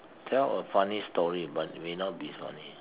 tell a funny story but may not be funny